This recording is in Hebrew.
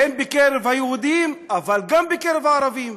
הן בקרב היהודים והן בקרב הערבים.